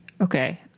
Okay